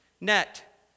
net